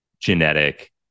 genetic